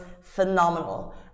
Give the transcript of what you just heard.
phenomenal